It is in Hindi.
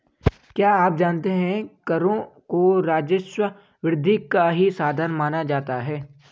क्या आप जानते है करों को राजस्व वृद्धि का ही साधन माना जाता है?